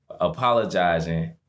apologizing